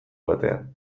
batean